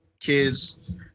Kids